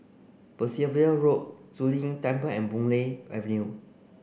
Percival Road Zu Lin Temple and Boon Lay Avenue